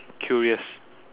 curious